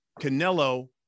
Canelo